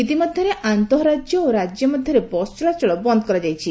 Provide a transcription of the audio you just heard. ଇତିମଧ୍ୟରେ ଆନ୍ତଃରାଜ୍ୟ ଓ ରାଜ୍ୟ ମଧ୍ୟରେ ବସ୍ ଚଳାଚଳ ବନ୍ଦ କରାଯାଇଛି